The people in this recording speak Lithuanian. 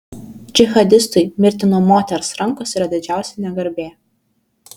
džihadistui mirti nuo moters rankos yra didžiausia negarbė